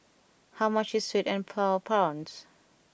how much is Sweet and Sour Prawns